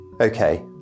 Okay